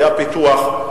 היה פיתוח.